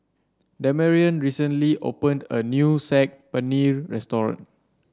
Damarion recently opened a new Saag Paneer Restaurant